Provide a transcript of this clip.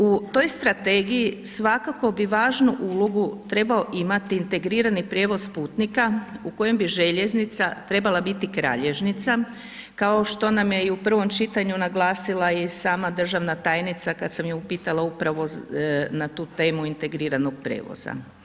U toj strategiji svakako bi važnu ulogu trebao imati integrirani prijevoz putnika u kojem bi željeznica trebala biti kralješnica, kao što nam je i u prvom čitanju naglasila i sama državna tajnica, kad sam je upitala upravo na tu temu integriranog prijevoza.